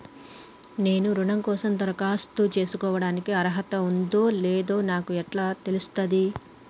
నేను రుణం కోసం దరఖాస్తు చేసుకోవడానికి అర్హత ఉందో లేదో నాకు ఎట్లా తెలుస్తది?